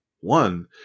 one